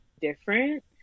different